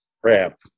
crap